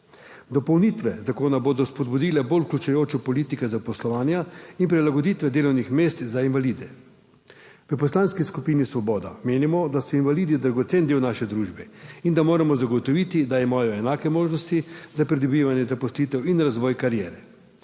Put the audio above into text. Dopolnitve zakona bodo spodbudile bolj vključujočo politiko zaposlovanja in prilagoditve delovnih mest za invalide. V Poslanski skupini Svoboda menimo, da so invalidi dragocen del naše družbe in da moramo zagotoviti, da imajo enake možnosti za pridobivanje zaposlitev in razvoj kariere.